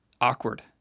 awkward